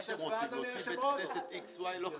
גם אם זה תקציב בחירות?